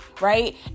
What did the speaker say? right